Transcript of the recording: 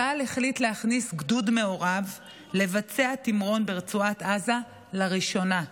צה"ל החליט להכניס גדוד מעורב לבצע תמרון ברצועת עזה לראשונה.